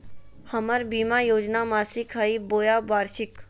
हमर बीमा योजना मासिक हई बोया वार्षिक?